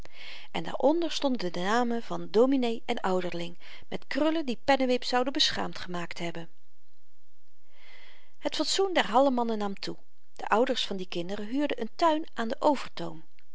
en daaronder stonden de namen van dominee en ouderling met krullen die pennewip zouden beschaamd gemaakt hebben het fatsoen der hallemannen nam toe de ouders van die kinderen huurden een tuin aan den